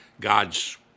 God's